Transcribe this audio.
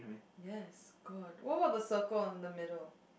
yes god what was the circle on the middle